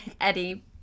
Eddie